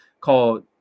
called